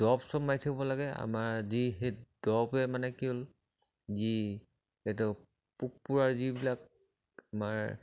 দৰৱ চৰৱ মাৰি থাকিব লাগে আমাৰ যি সেই দৰৱে মানে কি হ'ল যি সিহঁতৰ পোক পৰুৱাৰ যিবিলাক আমাৰ